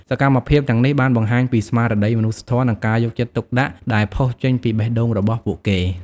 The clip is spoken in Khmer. សកម្មភាពទាំងនេះបានបង្ហាញពីស្មារតីមនុស្សធម៌ និងការយកចិត្តទុកដាក់ដែលផុសចេញពីបេះដូងរបស់ពួកគេ។